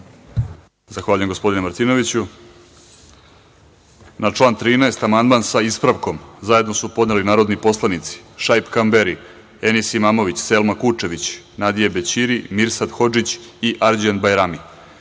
Zahvaljujem, gospodine Martinoviću. Na član 13. amandman, sa ispravkom, zajedno su podneli narodni poslanici Šaip Kamberi, Enis Imamović, Selma Kučević, Nadije Bećiri, Mirsad Hodžić i Arđend Bajrami. Primili